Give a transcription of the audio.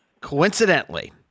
coincidentally